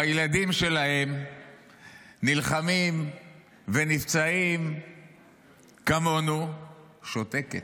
והילדים שלהם נלחמים ונפצעים כמונו, שותקת.